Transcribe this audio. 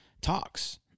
talks